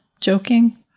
joking